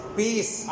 peace